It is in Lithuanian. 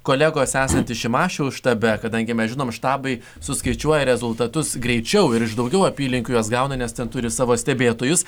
kolegos esantys šimašiaus štabe kadangi mes žinome štabai suskaičiuoja rezultatus greičiau ir iš daugiau apylinkių juos gauna nes ten turi savo stebėtojus